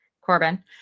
Corbin